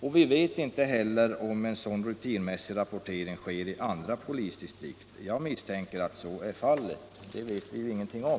Och vi vet inte heller om en sådan rutinmässig rapportering sker i andra polisdistrikt. Jag misstänker att så är fallet. Det vet vi ingenting om.